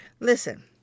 Listen